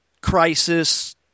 crisis